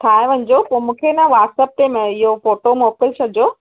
ठाहे वञिजो पोइ मूंखे न व्हाटसप ते इहो फोटो मोकिले छॾिजो